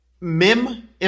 MIM